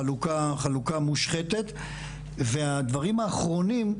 חלוקה מושחתת והדברים האחרונים,